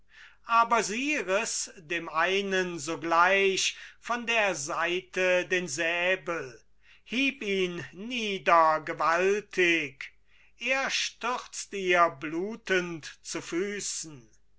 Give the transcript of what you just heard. aber sie riß dem einen sogleich von der seite den säbel hieb ihn nieder gewaltig er stürzt ihr blutend zu füßen